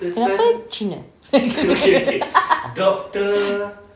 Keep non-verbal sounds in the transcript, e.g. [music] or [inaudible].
kenapa cina [laughs]